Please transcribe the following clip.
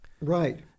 Right